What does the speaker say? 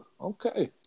Okay